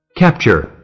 capture